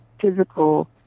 physical